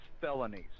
felonies